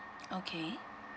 okay